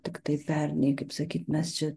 tiktai pernai kaip sakyt mes čia